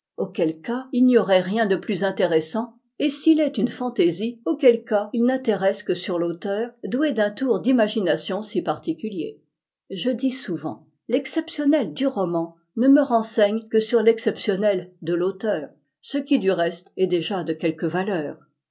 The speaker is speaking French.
auquel cas il n'y aurait rien de plus intéressant ou s'il est une fantaisie auquel cas il n'intéresse que sur l'auteur doué d'un tour d'imagination si particulier je dis souvent l'exceptionnel du roman ne me renseigne que sur l'exceptionnel de l'auteur ce qui du reste est déjà de quelque valeur